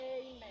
Amen